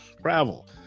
travel